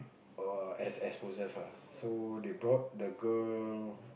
err as as possess lah so they brought the girl